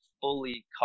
fully